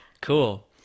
cool